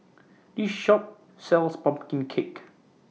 This Shop sells Pumpkin Cake